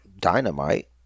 Dynamite